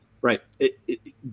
Right